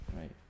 right